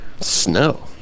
Snow